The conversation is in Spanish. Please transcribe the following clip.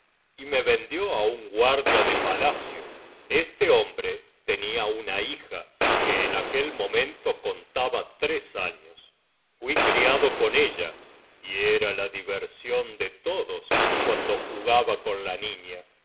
y una noche vendió á un guardia de palacio este hombre tenía una hija que en aquel momento contaba tres años fui criado con ella y era la diversión de todos cuando jugaba con la nina